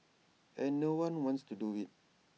and no one wants to do IT